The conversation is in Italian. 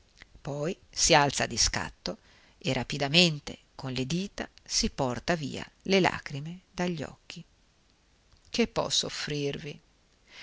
poi si alza di scatto e rapidamente con le dita si porta via le lagrime dagli occhi che posso offrirvi